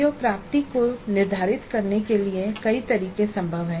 CO प्राप्ति को निर्धारित करने के लिए कई तरीके संभव हैं